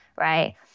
right